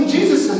Jesus